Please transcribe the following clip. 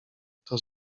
kto